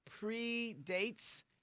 predates